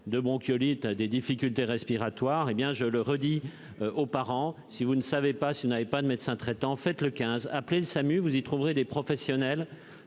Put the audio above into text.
de bronchiolite à des difficultés respiratoires, hé bien, je le redis aux parents, si vous ne savez pas si il n'avait pas de médecin traitant fait le 15, appeler le SAMU, vous y trouverez des professionnels,